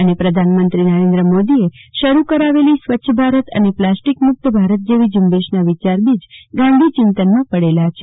અને પ્રધાનમંત્રી નરેન્દ્ર મોદીએ શરૂ કરાવેલી સ્વચ્છ ભારત અને પ્લાસ્ટી મુક્ત જેવી ઝુંબેશના વિચારબીજ ગાંધીચિંતનમાં પડેલા છે